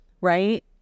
Right